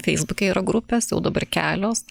feisbuke yra grupės jau dabar kelios